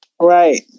Right